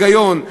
היגיון,